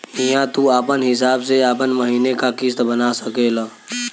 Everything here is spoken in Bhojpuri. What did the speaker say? हिंया तू आपन हिसाब से आपन महीने का किस्त बना सकेल